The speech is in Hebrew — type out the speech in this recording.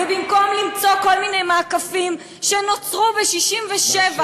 ובמקום למצוא כל מיני מעקפים שנוצרו ב-1967,